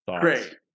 great